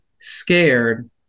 scared